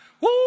Woo